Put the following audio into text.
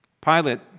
Pilate